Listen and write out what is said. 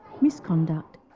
misconduct